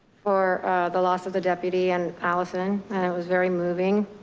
for the loss of the deputy and allison, and it was very moving,